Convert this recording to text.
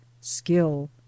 skill